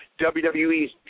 WWE's